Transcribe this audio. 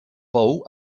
pou